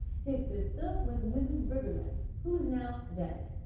his sister was mrs. briggerland, who is now dead.